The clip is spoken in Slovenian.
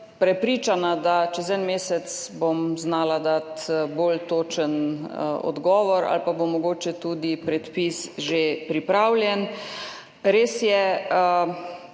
Prepričana sem, da bom čez en mesec znala dati bolj točen odgovor ali pa bo mogoče tudi predpis že pripravljen. Res je,